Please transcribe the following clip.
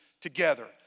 together